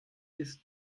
ist